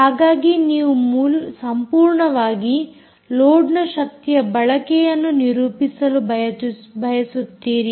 ಹಾಗಾಗಿ ನೀವು ಸಂಪೂರ್ಣವಾಗಿ ಲೋಡ್ನ ಶಕ್ತಿಯ ಬಳಕೆಯನ್ನು ನಿರೂಪಿಸಲು ಬಯಸುತ್ತೀರಿ